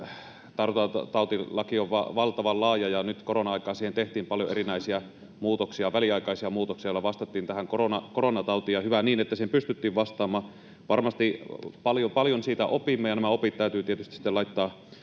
Tartuntatautilaki on valtavan laaja. Nyt korona-aikaan siihen tehtiin paljon erinäisiä väliaikaisia muutoksia, joilla vastattiin koronatautiin, ja hyvä niin, että siihen pystyttiin vastaamaan. Varmasti paljon siitä opimme, ja nämä opit täytyy tietysti sitten